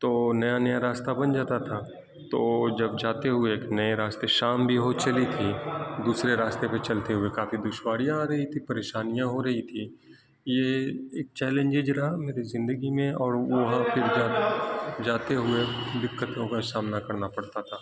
تو نیا نیا راستہ بن جاتا تھا تو جب جاتے ہوئے ایک نئے راستے شام بھی ہو چلی تھی دوسرے راستے پہ چلتے ہوئے کافی دشواریاں آ رہی تھیں پریشانیاں ہو رہی تھیں یہ ایک چیلیجج رہا میری زندگی میں اور وہاں پھر جاتے ہوئے دقتوں کا سامنا کر پڑتا تھا